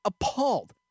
Appalled